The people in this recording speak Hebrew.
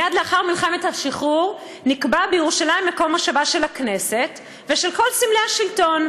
מייד לאחר מלחמת השחרור נקבע בירושלים מקום מושב הכנסת וכל סמלי השלטון: